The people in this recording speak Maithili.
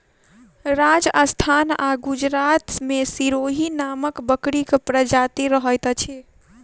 राजस्थान आ गुजरात मे सिरोही नामक बकरीक प्रजाति रहैत अछि